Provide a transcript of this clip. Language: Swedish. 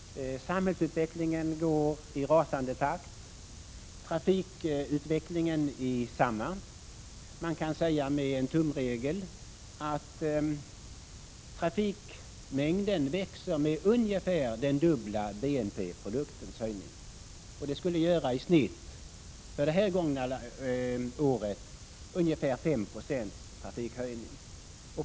Samhällsutvecklingen går i rasande takt, likaså trafikutvecklingen. Man kan säga med en tumregel att trafikmängden växer med ungefär dubbla BNP-höjningen. För det gångna året skulle det betyda en trafikökning med ungefär 5 90.